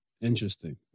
Interesting